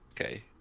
Okay